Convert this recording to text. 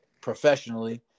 professionally